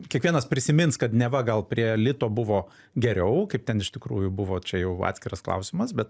kiekvienas prisimins kad neva gal prie lito buvo geriau kaip ten iš tikrųjų buvo čia jau atskiras klausimas bet